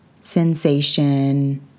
sensation